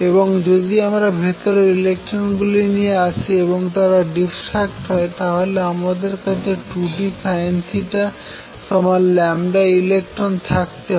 এবং যদি আমরা ভেতরে ইলেকট্রন গুলি নিয়ে আসি এবং তারা ডিফ্রাক্ট হয় তাহলে আমাদের কাছে 2 d sinelectronsথাকতে হবে